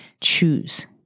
choose